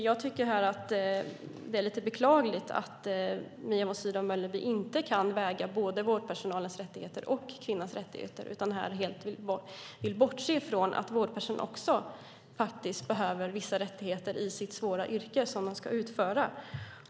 Jag tycker att det är beklagligt att Mia Sydow Mölleby inte kan ta hänsyn till både vårdpersonalens rättigheter och kvinnans rättigheter utan helt bortser från att vårdpersonalen behöver vissa rättigheter i sitt svåra yrke som de ska utföra.